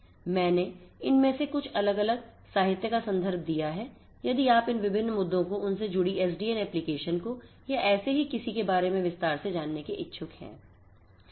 मैंने इनमें से कुछ अलग अलग साहित्य का संदर्भ दिया है यदि आप इन विभिन्न मुद्दों को उनसे जुड़ी एसडीएन एप्लीकेशन को या ऐसे ही किसी के बारे में विस्तार से जानने के लिए इच्छुक है